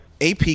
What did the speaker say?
AP